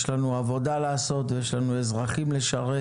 יש לנו עבודה לעשות ויש לנו אזרחים לשרת,